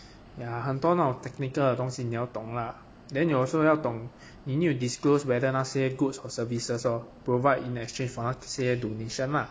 yeah 很多那种 technical 的东西你要懂啦 then you also 要懂 you need to disclose whether 那些 goods or services or provide in exchange for 那些 donation lah